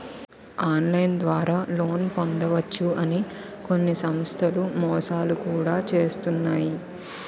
online ద్వారా loan పొందవచ్చు అని కొన్ని సంస్థలు మోసాలు కూడా చేస్తున్నాయి